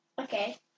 Okay